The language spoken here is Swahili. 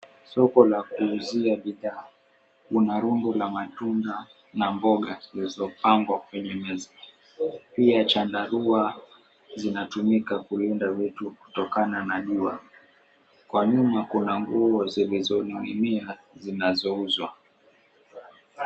Soko la kuuzia bidhaa. Kuna rungo la matunda na mboga zilizopangwa kwenye meza. Pia chandarua zinatumika kulinda vitu kutokana na jua. Kwa nyuma kuna nguo zilizoning'inia zinazouzwa.